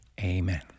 Amen